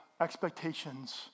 expectations